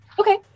okay